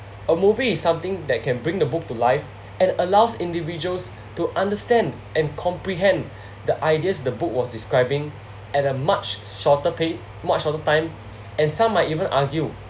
a movie is something that can bring the book to life and allows individuals to understand and comprehend the ideas the book was describing at a much shorter pa~ much shorter time and some might even argue